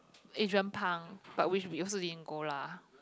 Adrian-Pang but which we also didn't go lah